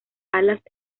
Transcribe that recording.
alas